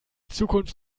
zukunft